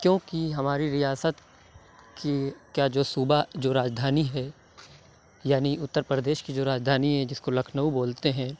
کیوں کہ ہماری ریاست کی کا جو صوبہ جو راجدھانی ہے یعنی اُتر پردیش کی جو راجدھانی ہے جس کو لکھنؤ بولتے ہیں